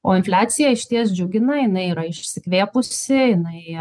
o infliacija išties džiugina jinai yra išsikvėpusi jinai